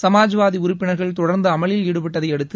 சமாஜ்வாதி உறுப்பினர்கள் தொடர்ந்து அமளியில் ஈடுபட்டதை அடுத்து